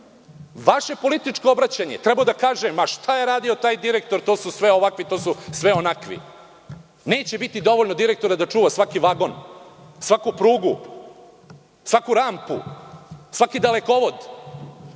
vaše političko obraćanje trebao da kažem – pa šta je radio taj direktor, to su sve ovakvi, to su sve onakvi. Neće biti dovoljno direktora da čuva svaki vagon, svaku prugu, svaku rampu, svaki dalekovod,